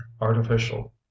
artificial